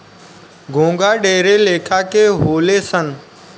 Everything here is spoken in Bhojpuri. घोंघा ढेरे लेखा के होले सन